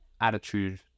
attitude